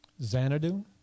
Xanadu